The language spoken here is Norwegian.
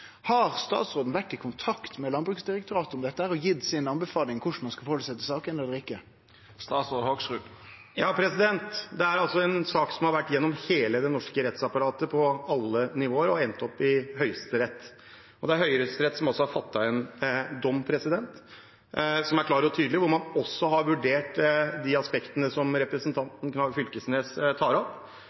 Har statsråden vore i kontakt med Landbruksdirektoratet om dette og gitt si anbefaling om korleis ein skal gå fram i saka? Dette er en sak som har vært igjennom hele det norske rettsapparatet, på alle nivåer, og som har endt opp i Høyesterett. Det er Høyesterett som også har fattet en dom, som er klar og tydelig, og hvor man også har vurdert de aspektene som representanten Knag Fylkesnes tar opp.